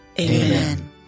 Amen